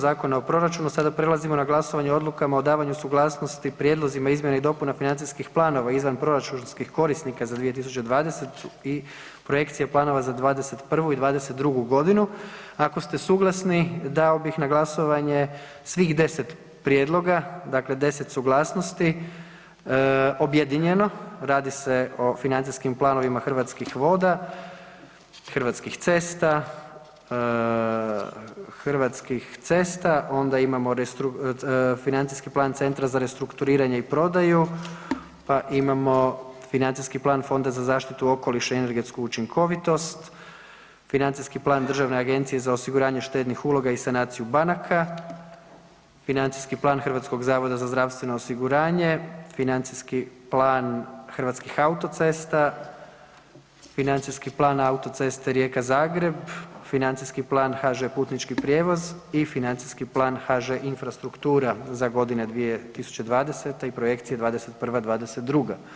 Zakona o proračunu sada prelazimo na glasovanje o odlukama o davanju suglasnosti prijedlozima izmjena i dopuna financijskih planova izvanproračunskih korisnika za 2020. i projekcije planova za '21. i '22.g. Ako ste suglasni, dao bih na glasovanje svih 10 prijedloga, dakle 10 suglasnosti objedinjeno, radi se o Financijskim planovima Hrvatskih voda, Hrvatskih cesta, Hrvatskih cesta, onda imamo Financijski plan Centra za restrukturiranje i prodaju, pa imamo Financijski plan Fonda za zaštitu okoliša i energetsku učinkovitost, Financijski plan Državne agencije za osiguranje štednih uloga i sanaciju banaka, Financijski plan HZZO-a, Financijski plan Hrvatskih autocesta, Financijski plan autoceste Rijeka-Zagreb, Financijski plan HŽ-Putnički prijevoz i Financijski plan HŽ-Infrastruktura za godine 2020. i projekcije '21., '22.